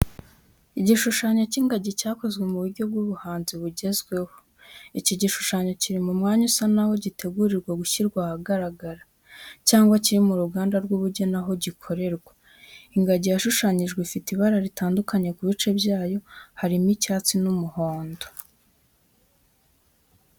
Igishushanyo cy’ingagi cyakozwe mu buryo bw'ubuhanzi bugezweho. Iki gishushanyo kiri mu mwanya usa naho gitegurirwa gushyirwa ahagaragara, cyangwa kiri mu ruganda rw’ubugeni aho gikorerwa, ingagi yashushanyijwe ifite ibara ritandukanye ku bice byayo, harimo icyatsi, n'umuhodo.